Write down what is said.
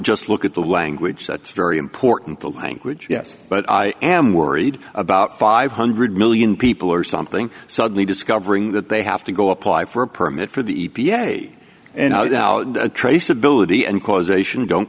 just look at the language that's very important the language yes but i am worried about five hundred million people or something suddenly discovering that they have to go apply for a permit for the e p a and traceability and causation don't